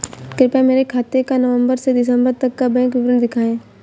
कृपया मेरे खाते का नवम्बर से दिसम्बर तक का बैंक विवरण दिखाएं?